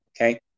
okay